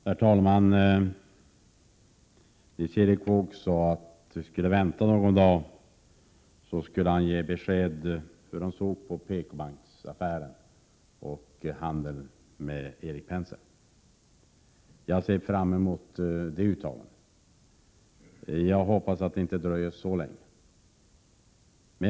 Herr talman! Nils Erik Wååg sade att om vi väntade någon dag, så skulle han ge besked om hur han såg på PK-banksaffären och handeln med Erik Penser. Jag har sett fram emot det uttalandet. Jag hoppas att det inte dröjer så länge.